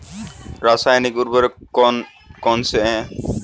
रासायनिक उर्वरक कौन कौनसे हैं?